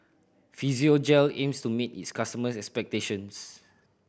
Physiogel aims to meet its customers' expectations